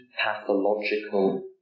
pathological